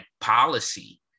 policy